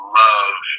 love